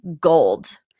gold